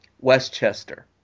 Westchester